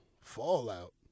fallout